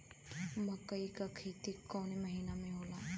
मकई क खेती कवने महीना में होला?